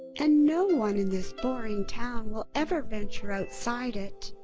and no one in this boring town will ever venture outside it.